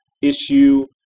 issue